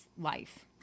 life